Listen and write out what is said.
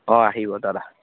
অঁ আহিব দাদা